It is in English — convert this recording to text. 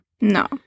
No